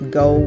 go